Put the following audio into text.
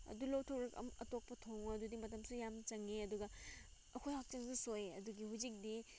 ꯑꯗꯨ ꯂꯧꯊꯣꯛꯂꯒ ꯑꯃꯨꯛ ꯑꯇꯣꯞꯄ ꯊꯣꯡꯉꯣ ꯑꯗꯨꯗꯤ ꯃꯇꯝꯁꯨ ꯌꯥꯝ ꯆꯪꯉꯦ ꯑꯗꯨꯒ ꯑꯩꯈꯣꯏ ꯍꯛꯆꯥꯡꯗ ꯁꯣꯛꯑꯦ ꯑꯗꯨꯒꯤ ꯍꯧꯖꯤꯛꯇꯤ